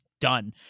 done